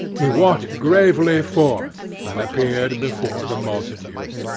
he walked gravely forth, and appeared before the multitude.